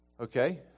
Okay